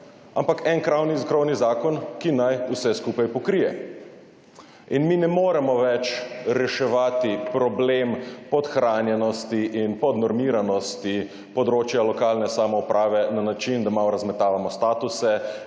ampak en krovni zakon, ki naj vse skupaj pokrije in mi ne moremo več reševati problema podhranjenosti in podnormiranosti področja lokalne samouprave na način, da malo razmetavamo statuse